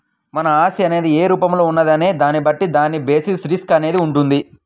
మన ఆస్తి అనేది ఏ రూపంలో ఉన్నది అనే దాన్ని బట్టి దాని బేసిస్ రిస్క్ అనేది వుంటది